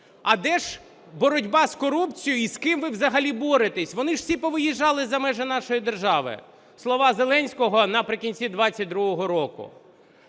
А де ж боротьба з корупцією? І з ким ви взагалі боретесь? Вони ж всі повиїжджали за межі нашої держави. Слова Зеленського наприкінці 2022 року.